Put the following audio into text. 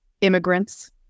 immigrants